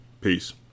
Peace